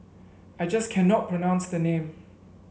I just cannot pronounce the name